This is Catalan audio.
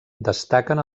destaquen